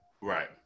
Right